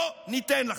לא ניתן לכם.